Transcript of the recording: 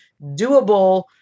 doable